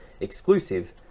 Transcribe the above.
exclusive